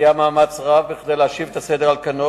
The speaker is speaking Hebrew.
משקיעה מאמץ רב כדי להשיב את הסדר על כנו